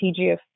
TGF